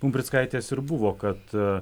pumprickaitės ir buvo kad